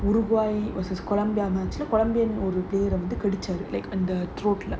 versus colombia match colombian ஒரு:oru player வந்து கிடைச்சாரு:vanthu kidaichaaru like அந்த:antha throat leh